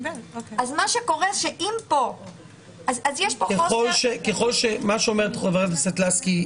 מה שקורה שאם פה --- מה שאומרת חברת הכנסת לסקי,